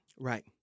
Right